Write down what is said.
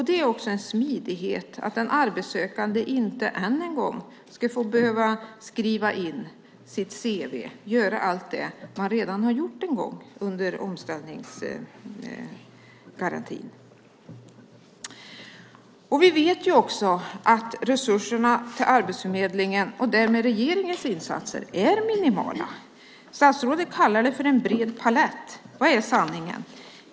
Det är en fråga om smidighet att den arbetssökande inte ännu en gång ska behöva skriva in sitt cv och göra allt det som han eller hon redan gjort under omställningsgarantin. Vi vet att resurserna till Arbetsförmedlingen, och därmed regeringens insatser, är minimala. Statsrådet kallar det för en bred palett. Vad är sanningen?